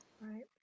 Right